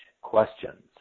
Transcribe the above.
questions